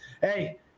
hey